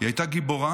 היא הייתה גיבורה,